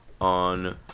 on